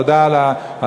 תודה על ההצבעה.